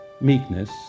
meekness